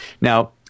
now